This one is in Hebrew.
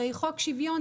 הרי חוק שוויון,